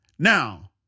Now